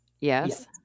yes